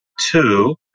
two